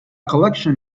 collection